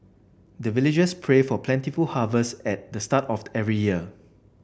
the villagers pray for plentiful harvest at the start of every year